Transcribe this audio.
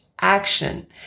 action